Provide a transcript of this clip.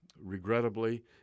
Regrettably